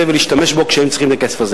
בעת צרה ולהשתמש בו כשהם הצטרכו אותו.